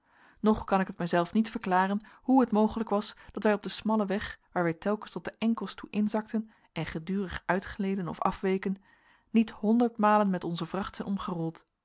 nog kan ik het mijzelf niet verklaren hoe het mogelijk was dat wij op den smallen weg waar wij telkens tot de enkels toe inzakten en gedurig uitgleden of afweken niet honderdmalen met onze vracht zijn omgerold